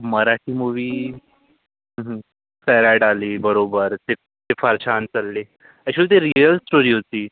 Marathi movie Sairat आली बरोबर तेच ते फार छान चालली अॅक्च्युअली ते रिअल स्टोरी होती